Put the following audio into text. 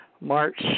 March